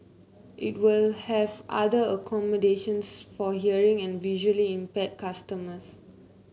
it will have other accommodations for hearing and visually impaired customers